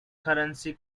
currency